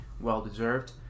well-deserved